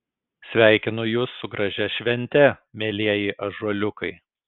sveikinu jus su gražia švente mielieji ąžuoliukai